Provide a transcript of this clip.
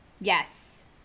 Yes